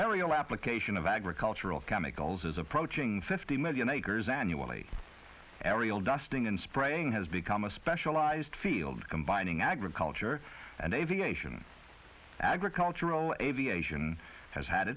aerial application of agricultural chemicals is approaching fifty million acre years annually aerial dusting and spraying has become a specialized field combining agriculture and aviation agricultural aviation has had